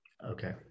Okay